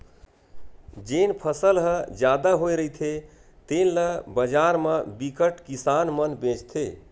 जेन फसल ह जादा होए रहिथे तेन ल बजार म बिकट किसान मन बेचथे